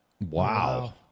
Wow